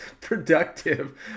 productive